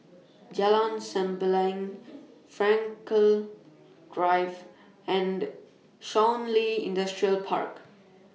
Jalan Sembilang Frankel Drive and Shun Li Industrial Park